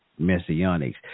messianics